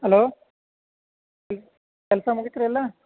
hello ಕೆಲಸ ಮುಗಿತಾ ಎಲ್ಲ